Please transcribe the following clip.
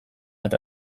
eta